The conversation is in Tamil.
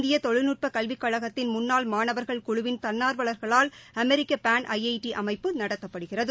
இந்தியதொழில்நட்பகல்விக் கழகத்தின் முன்னாள் மாணவர்கள் குழுவின் குழுவின் குன்னார்வலர்களால் அமெரிக்கபேன் ஐ ஐ டி அமைப்பு நடத்தப்படுகிறது